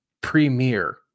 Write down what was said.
premier